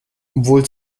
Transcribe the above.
obwohl